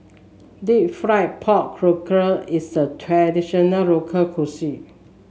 deep fried pork is a traditional local cuisine